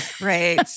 Right